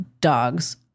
dogs